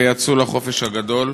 ויצאו לחופש הגדול.